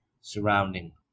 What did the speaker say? surrounding